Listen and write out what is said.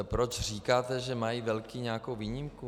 Proč říkáte, že mají velcí nějakou výjimku?